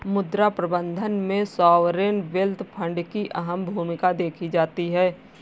मुद्रा प्रबन्धन में सॉवरेन वेल्थ फंड की अहम भूमिका देखी जाती है